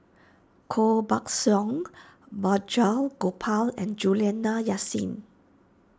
Koh Buck Song Barjia Gopal and Juliana Yasin